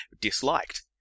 disliked